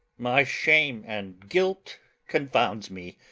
my shame and guilt confounds me.